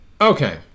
okay